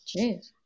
Jeez